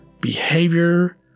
behavior